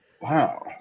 Wow